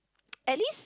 at least